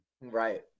Right